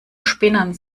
spinnern